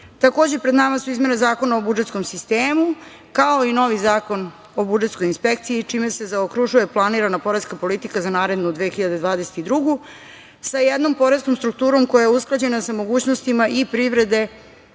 Takođe, pred nama su i izmene Zakona o budžetskom sistemu, kao i novi zakon o budžetskoj inspekciji, čime se zaokružuje planirana poreska politika za narednu 2022. godinu, sa jednom poreskom strukturom koja je usklađena sa mogućnostima i privrede